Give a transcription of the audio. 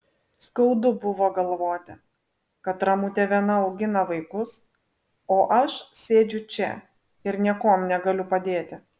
skaudu buvo galvoti kad ramutė viena augina vaikus o aš sėdžiu čia ir niekuom negaliu padėti